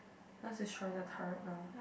let's destroy their turret now